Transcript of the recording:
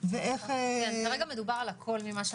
כרגע מדובר על הכול, על